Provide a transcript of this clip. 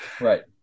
Right